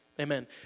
Amen